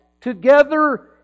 together